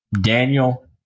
Daniel